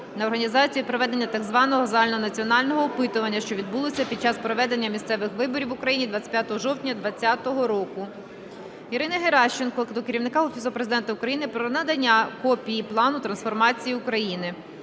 на організацію і проведення так званого загальнонаціонального опитування, що відбулося під час проведення місцевих виборів в Україні 25 жовтня 2020 року. Ірини Геращенко до Керівника Офісу Президента України про надання копії Плану трансформації України.